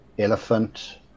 elephant